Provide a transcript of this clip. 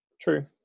True